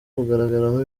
kugaragaramo